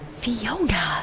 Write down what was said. Fiona